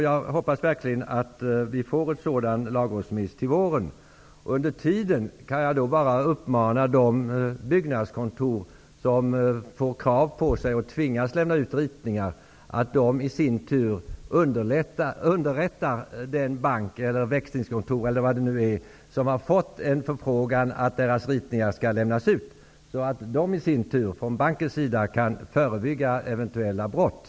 Jag hoppas verkligen att det kommer en lagrådsremiss till våren. Under tiden vill jag uppmana de byggnadskontor som tvingas att lämna ut ritningar, att de i sin tur underrättar den bank, det växlingskontor eller vad det nu är fråga om som det har kommit en förfrågan om att deras ritningar skall lämnas ut, så att man från bankens sida kan förebygga eventuella brott.